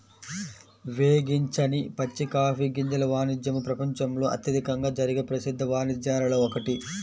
వేగించని పచ్చి కాఫీ గింజల వాణిజ్యము ప్రపంచంలో అత్యధికంగా జరిగే ప్రసిద్ధ వాణిజ్యాలలో ఒకటి